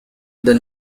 the